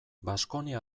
baskonia